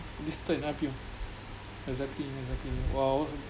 listed in I_P_O exactly exactly !wow!